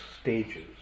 stages